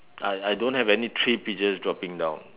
I I don't have any three peaches dropping down